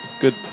good